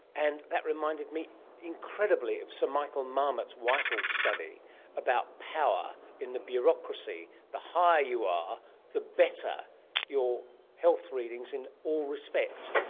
and that reminded me incredibly of sir michael marmot's whitehall study about power in the bureaucracy. the higher you are the better your health readings in all respects.